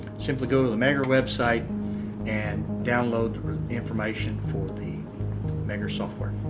simply go to the megger website and download information for the megger software.